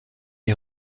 est